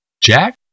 Jack